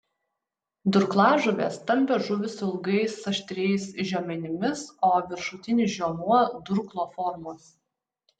durklažuvės stambios žuvys su ilgais aštriais žiomenimis o viršutinis žiomuo durklo formos